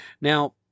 now